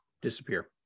disappear